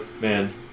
man